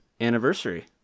anniversary